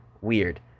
weird